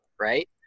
Right